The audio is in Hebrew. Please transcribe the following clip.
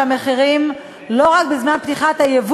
שהייתה עם הכותרת: צמצום פערים,